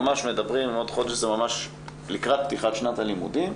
עוד חודש זה ממש לקראת פתיחת הלימודים,